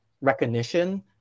recognition